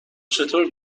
چطور